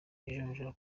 ijonjora